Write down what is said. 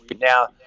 Now